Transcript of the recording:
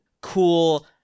cool